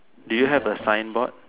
do you have a sign board